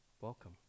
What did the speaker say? Welcome